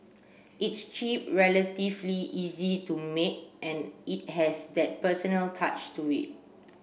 it's cheap relatively easy to make and it has that personal touch to it